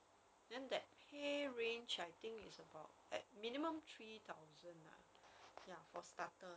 then that pay range I think it's about at minimum three thousand ah ya for starter